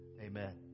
Amen